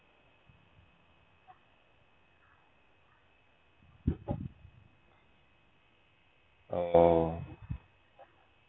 oh